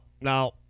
No